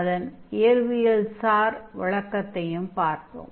அதன் இயற்பியல்சார் விளக்கத்தையும் பார்த்தோம்